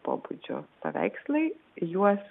pobūdžio paveikslai juos